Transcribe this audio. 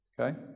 Okay